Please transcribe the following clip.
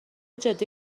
جدی